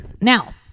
Now